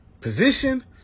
position